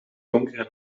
donkere